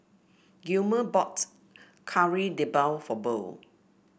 Gilmer brought Kari Debal for Burl